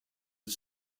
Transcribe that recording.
het